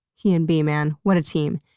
he and bea, man. what a team.